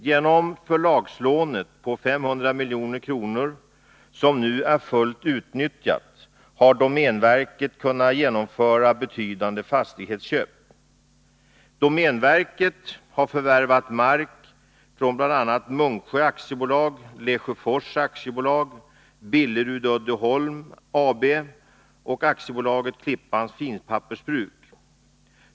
Genom förlagslånet på 500 milj.kr., som nu är fullt utnyttjat, har domänverket kunnat genomföra betydande fastighetsköp. Domänverket har förvärvat mark från bl.a. Munksjö AB, Lesjöfors AB, Billerud Uddeholm AB och AB Klippans Finpappersbruk.